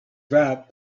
that